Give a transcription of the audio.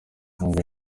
inkunga